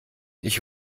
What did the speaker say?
ich